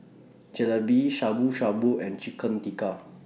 Jalebi Shabu Shabu and Chicken Tikka